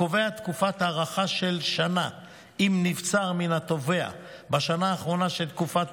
הקובע תקופת הארכה של שנה אם נבצר מן התובע בשנה האחרונה של תקופת